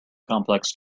complex